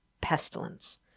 pestilence